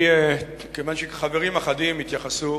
כיוון שחברים אחדים התייחסו